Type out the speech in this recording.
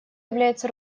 является